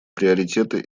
приоритеты